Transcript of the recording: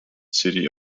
city